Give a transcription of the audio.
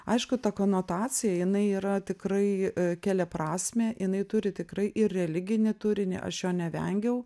aišku ta konotacija jinai yra tikrai keliaprasmė jinai turi tikrai ir religinį turinį aš jo nevengiau